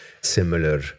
similar